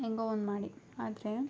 ಹೇಗೋ ಒಂದು ಮಾಡಿ ಆದರೆ